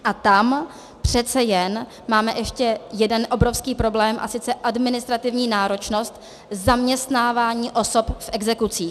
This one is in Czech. A tam přece jen máme ještě jeden obrovský problém, a sice administrativní náročnost zaměstnávání osob v exekucích.